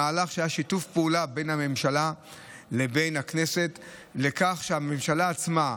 מהלך שהיה בשיתוף פעולה בין הממשלה לבין הכנסת בכך שהממשלה עצמה,